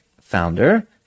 founder